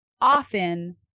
often